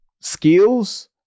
skills